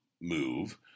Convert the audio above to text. move